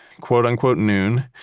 quote unquote noon,